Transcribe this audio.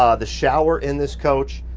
ah the shower in this coach,